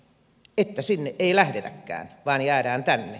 että sinne ei lähdetäkään vaan jäädään tänne